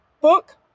book